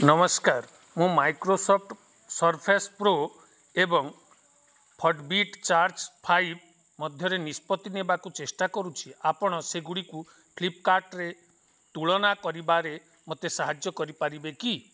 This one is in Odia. ନମସ୍କାର ମୁଁ ମାଇକ୍ରୋସଫ୍ଟ ସର୍ଫେସ୍ ପ୍ରୋ ଏବଂ ଫିଟ୍ ବିଟ୍ ଚାର୍ଜ ଫାଇପ୍ ମଧ୍ୟରେ ନିଷ୍ପତ୍ତି ନେବାକୁ ଚେଷ୍ଟା କରୁଛି ଆପଣ ସେଗୁଡ଼ିକୁ ଫ୍ଲିପ୍କାର୍ଟରେ ତୁଳନା କରିବାରେ ମୋତେ ସାହାଯ୍ୟ କରିପାରିବେ କି